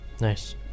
Nice